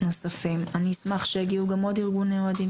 אני אשמח שיגיעו גם עוד ארגוני אוהדים,